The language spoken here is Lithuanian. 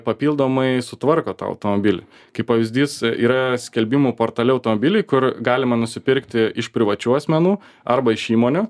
papildomai sutvarko tą automobilį kaip pavyzdys yra skelbimų portale automobiliai kur galima nusipirkti iš privačių asmenų arba iš įmonių